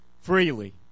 freely